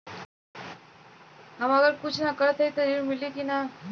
हम अगर कुछ न करत हई त ऋण मिली कि ना?